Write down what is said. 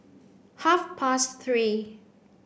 half past three